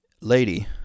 Lady